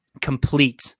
complete